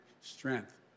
strength